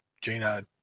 Jaina